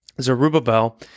Zerubbabel